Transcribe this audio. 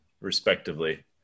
respectively